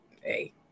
Hey